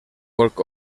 poc